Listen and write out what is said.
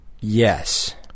Yes